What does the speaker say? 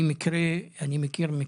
אני מכיר מקרים